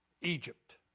Egypt